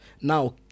now